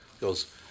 goes